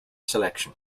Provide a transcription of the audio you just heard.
selection